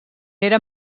era